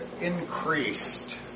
increased